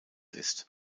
ist